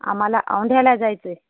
आम्हाला औंध्याला जायचं आहे